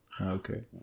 Okay